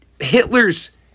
Hitler's